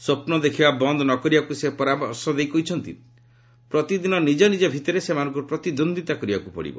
ସ୍ୱପ୍ନ ଦେଖିବା ବନ୍ଦ୍ ନ କରିବାକୁ ସେ ପରାମର୍ଶ ଦେଇ କହିଛନ୍ତି ପ୍ରତିଦିନ ନିଜ ନିକ ଭିତରେ ସେମାନଙ୍କୁ ପ୍ରତିଦ୍ୱନ୍ଦ୍ୱିତା କରିବାକୁ ପଡ଼ିବ